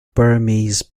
burmese